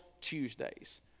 Tuesdays